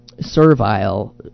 servile